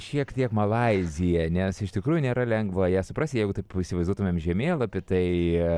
šiek tiek malaiziją nes iš tikrųjų nėra lengva ją suprasti jeigu taip įsivaizduotumėm žemėlapį tai